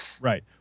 Right